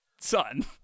son